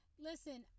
Listen